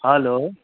hello